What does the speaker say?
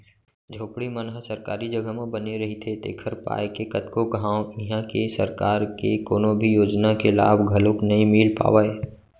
झोपड़ी मन ह सरकारी जघा म बने रहिथे तेखर पाय के कतको घांव इहां के सरकार के कोनो भी योजना के लाभ घलोक नइ मिल पावय